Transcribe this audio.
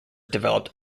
developed